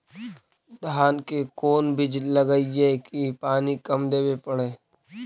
धान के कोन बिज लगईऐ कि पानी कम देवे पड़े?